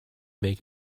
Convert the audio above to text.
make